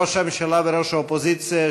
ראש הממשלה וראש האופוזיציה,